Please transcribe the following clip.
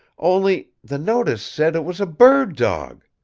only the notice said it was a bird dog.